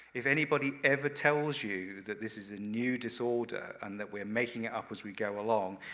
if anybody ever tells you that this is a new disorder and that we're making it up as we go along,